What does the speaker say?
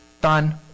done